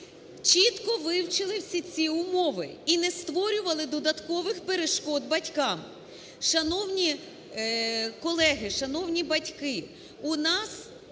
чітко вивчили всі ці умови і не створювали додаткових перешкод батькам. Шановні колеги, шановні батьки, у нас